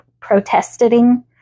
Protesting